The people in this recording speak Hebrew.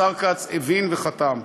השר כץ הבין, וחתם.